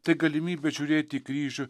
tai galimybė žiūrėti į kryžių